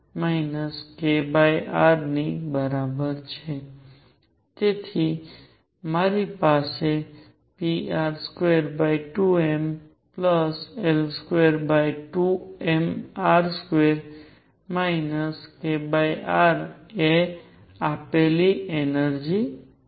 તેથી મારી પાસે pr22mL22mr2 kr એ આપેલી એનર્જિ છે